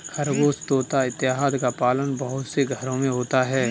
खरगोश तोता इत्यादि का पालन बहुत से घरों में होता है